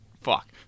Fuck